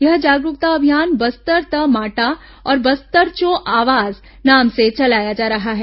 यह जागरूकता अभियान बस्तर त माटा और बस्तर चो आवाज़ नाम से चलाया जा रहा है